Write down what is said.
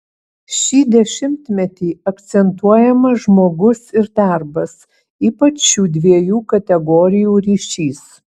šį dešimtmetį akcentuojamas žmogus ir darbas ypač šių dviejų kategorijų ryšys